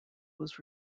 was